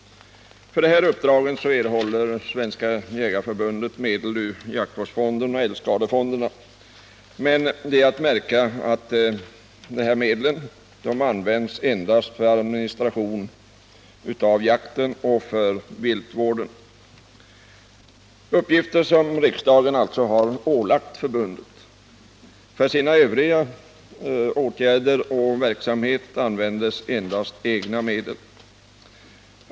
Förde här uppdragen erhåller Svenska jägareförbundet medel ur jaktvårdsfonden och älgskadefonderna. Men det är att märka att de här medlen används endast för administration av jakt och viltvård, uppgifter som riksdagen har ålagt förbundet. För den övriga verksamheten används endast egna medel.